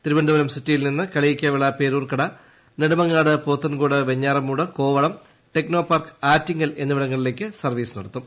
തിരുവനന്തപുരം സിറ്റിയിൽ നിന്ന് കളിയാക്കാവിള പേരൂർക്കട നെടുമങ്ങാട് പോത്തൻകോട് വെഞ്ഞാറമൂട് കോവളം ടെക്നോപാർക്ക് ആറ്റിങ്ങൽ എന്നിവിടങ്ങളിലേക്ക് സർവീസ് നടത്തും